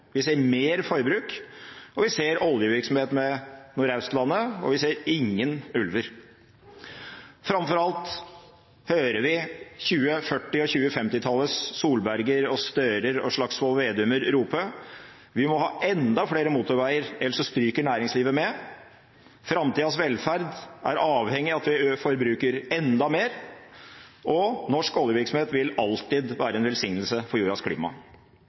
vi ser mer forbruk, og vi ser oljevirksomhet ved Nordaustlandet, og vi ser ingen ulver. Framfor alt hører vi 2040- og 2050-tallets Solberger og Stører og Slagsvold Vedumer rope: Vi må ha enda flere motorveier, ellers stryker næringslivet med, framtidas velferd er avhengig av at vi forbruker enda mer, og norsk oljevirksomhet vil alltid være en velsignelse for jordas klima.